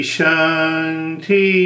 Shanti